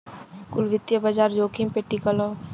कुल वित्तीय बाजार जोखिम पे टिकल हौ